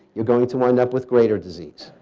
you're going to wind up with greater disease.